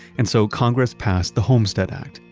and so congress passed the homestead act.